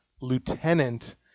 lieutenant